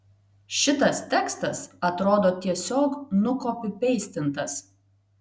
šitas tekstas atrodo tiesiog nukopipeistintas